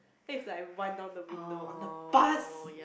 then is like wind down the window on the bus